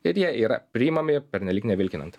ir jie yra priimami pernelyg nevilkinant